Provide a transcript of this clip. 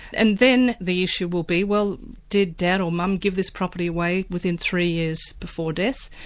and then the issue will be, well did dad or mum give this property away within three years before death?